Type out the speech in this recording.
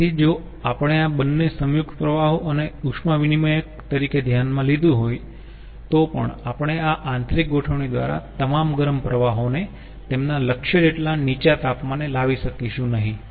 તેથી જો આપણે આ બંને સંયુક્ત પ્રવાહો ને અને ઉષ્મા વિનીમયક તરીકે ધ્યાનમાં લીધું હોય તો પણ આપણે આ આંતરિક ગોઠવણી દ્વારા તમામ ગરમ પ્રવાહોને તેમના લક્ષ્ય જેટલા નીચા તાપમાને લાવી શકશું નહીં